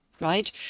right